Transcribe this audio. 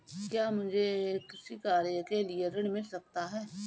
क्या मुझे कृषि कार्य के लिए ऋण मिल सकता है?